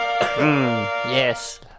Yes